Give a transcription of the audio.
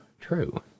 true